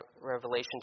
revelation